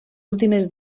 últimes